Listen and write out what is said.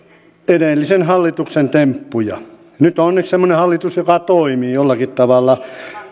edellisen hallituksen temppuja nyt on onneksi semmoinen hallitus joka toimii jollakin tavalla